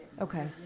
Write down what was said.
Okay